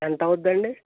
ఎంత అవుద్దండి